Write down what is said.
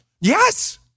Yes